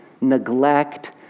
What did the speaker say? neglect